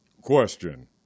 Question